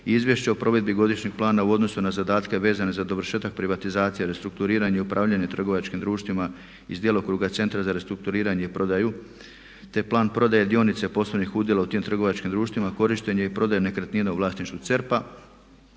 Izvješće o provedbi Godišnjeg plana u odnosu na zadatke vezane za dovršetak privatizacije, restrukturiranje i upravljanje trgovačkim društvima iz djelokruga Centra za restrukturiranje i prodaju, te Plan prodaje dionice poslovnih udjela u tim trgovačkim društvima, korištenje i prodaju nekretnina u vlasništvu CERP-a,